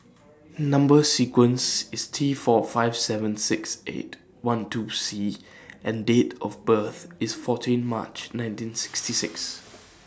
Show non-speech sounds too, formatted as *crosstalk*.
Number sequence IS T four five seven six eight one two C and Date of birth IS fourteen March nineteen sixty *noise* six *noise*